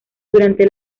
durante